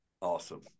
Awesome